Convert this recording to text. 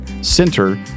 center